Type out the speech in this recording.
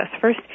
First